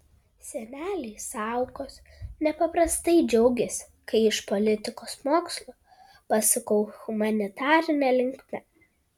seneliai saukos nepaprastai džiaugėsi kai iš politikos mokslų pasukau humanitarine linkme